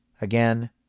Again